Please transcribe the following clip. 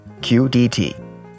QDT